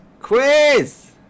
quiz